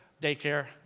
daycare